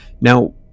Now